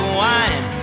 wine